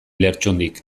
lertxundik